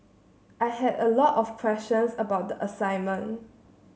I had a lot of questions about the assignment